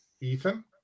Ethan